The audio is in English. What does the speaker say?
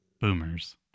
boomers